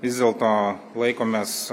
vis dėlto laikomės